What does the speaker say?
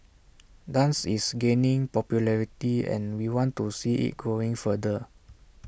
dance is gaining popularity and we want to see IT growing further